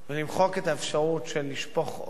למחוק את האפשרות של לשפוך אור